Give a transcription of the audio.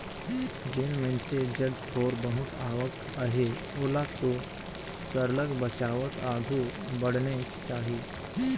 जेन मइनसे जग थोर बहुत आवक अहे ओला तो सरलग बचावत आघु बढ़नेच चाही